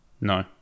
No